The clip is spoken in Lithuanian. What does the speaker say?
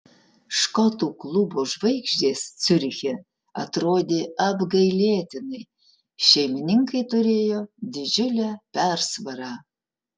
škotų klubo žvaigždės ciuriche atrodė apgailėtinai šeimininkai turėjo didžiulę persvarą